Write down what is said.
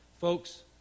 Folks